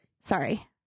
Sorry